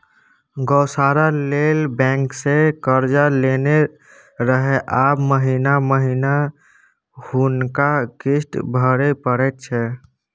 गौशाला लेल बैंकसँ कर्जा लेने रहय आब महिना महिना हुनका किस्त भरय परैत छै